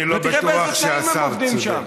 אני לא בטוח שהשר צודק.